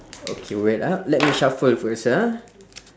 okay wait ah let me shuffle first ah